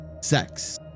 sex